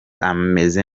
ameze